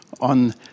on